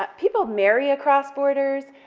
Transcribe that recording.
but people marry across borders,